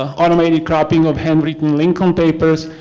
ah automatic cropping of hand written lincoln papers.